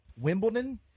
Wimbledon